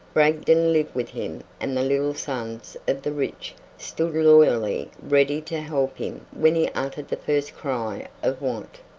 bragdon lived with him and the little sons of the rich stood loyally ready to help him when he uttered the first cry of want.